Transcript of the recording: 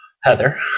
Heather